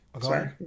Sorry